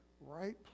right